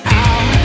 out